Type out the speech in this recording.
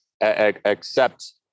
accept